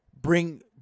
bring